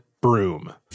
broom